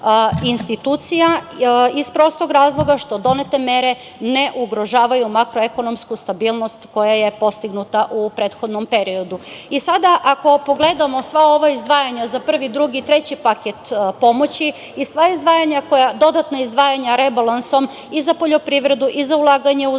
institucija iz prostog razloga što donete mere ne ugrožavaju makroekonomsku stabilnost koja je postignuta u prethodnom periodu. Sada, ako pogledamo sva ova izdvajanja za prvi, drugi i treći paket pomoći, i sva dodatna izdvajanja rebalansom za poljoprivredu, za ulaganje u